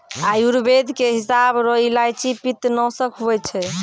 आयुर्वेद के हिसाब रो इलायची पित्तनासक हुवै छै